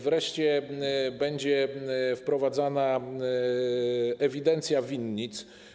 Wreszcie będzie wprowadzana ewidencja winnic.